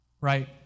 right